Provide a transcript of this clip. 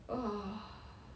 !whoa!